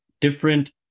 different